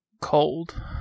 Cold